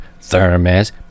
thermos